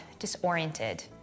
disoriented